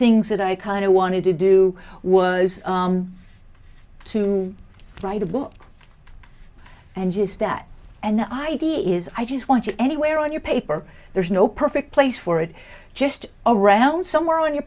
things that i kind of wanted to do was to write a book and just that and the idea is i just want you anywhere on your paper there's no perfect place for it just around somewhere on your